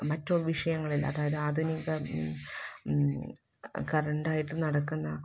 മറ്റ് വിഷയങ്ങളില് അതായത് ആധുനിക കറന്റ് ആയിട്ട് നടക്കുന്ന